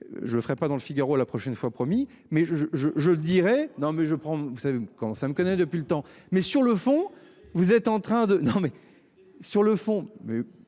Je le ferai pas. Dans Le Figaro à la prochaine fois promis mais je je je je dirais non mais je prends, vous savez quand ça me connaît depuis le temps, mais sur le fond, vous êtes en train de. Non mais sur le fond